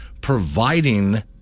providing